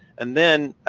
and then